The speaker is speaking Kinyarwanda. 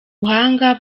buhanga